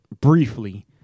briefly